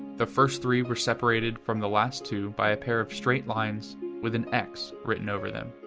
the first three were separated from the last two by a pair of straight lines with an x written over them.